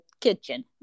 kitchen